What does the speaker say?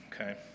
okay